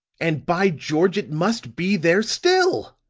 and by george, it must be there still.